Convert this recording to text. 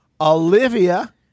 Olivia